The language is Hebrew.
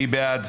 מי בעד?